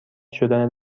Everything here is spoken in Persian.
شدن